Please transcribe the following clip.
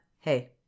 Hey